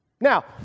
Now